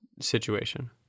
situation